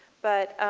but